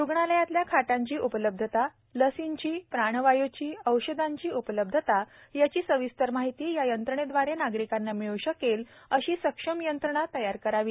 रुग्णालयातल्या खाटांची उपलब्धता लसींची प्राणवायूची औषधांची उपलब्धता यांची सविस्तर माहिती या यंत्रणेद्वारे नागरिकांना मिळू शकेल अशी सक्षम यंत्रणा तयार करावी